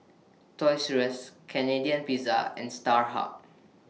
Toys Rus Canadian Pizza and Starhub